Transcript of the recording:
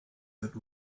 that